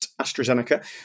AstraZeneca